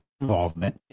involvement